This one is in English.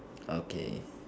okay